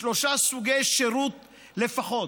בשלושה סוגי שירותים לפחות: